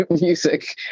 music